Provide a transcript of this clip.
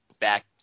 back